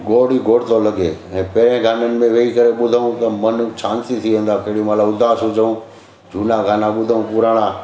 गोड़ ई गोड़ थो लॻे ऐं पहिरे गाननि में वेई करे ॿुधूं त मनु शांति ई थी वेंदो आहे कहिड़ी महिल उदास हुजूं झूना गाना ॿुधूं पुराणा